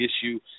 issue